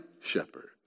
shepherd